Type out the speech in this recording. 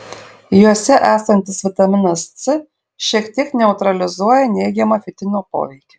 juose esantis vitaminas c šiek tiek neutralizuoja neigiamą fitino poveikį